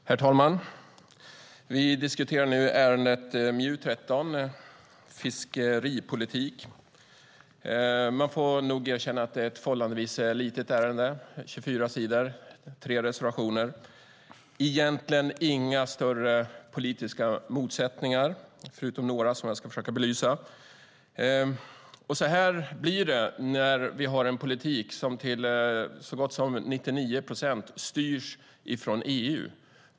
Herr talman! Vi diskuterar nu ärendet MJU13 Fiskeripolitik. Man får nog erkänna att det är ett förhållandevis litet ärende på 24 sidor och med tre reservationer. Det finns egentligen inga större politiska motsättningar förutom några som jag ska försöka belysa. Så här blir det när vi har en politik som till så gott som 99 procent styrs av EU.